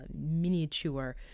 miniature